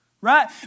right